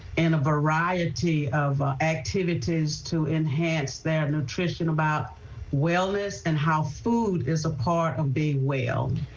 and a variety of activities to enhance their nutrition about wellness and how food is a part of being well.